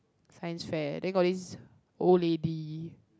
science fair then got this old lady